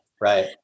Right